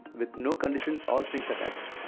with no conditions or strings attached.